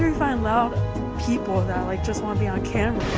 find loud people that like just wanna be on camera?